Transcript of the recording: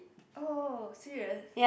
oh serious